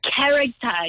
character